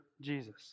Jesus